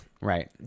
right